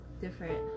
different